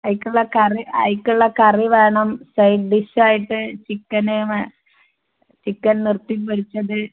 അയ്ക്കുള്ള കറി അയ്ക്കുള്ള കറി വേണം സൈഡ് ഡിഷായിട്ട് ചിക്കന് ചിക്കൻ നിർത്തി പൊരിച്ചത്